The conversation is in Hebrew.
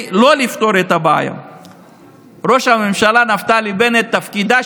יש ביניהם חוט מקשר אחד: המנטליות המיליטריסטית,